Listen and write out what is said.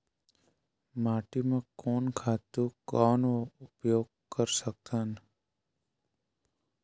माटी म कोन खातु कौन उपयोग कर सकथन?